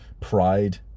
pride